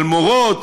על מורות,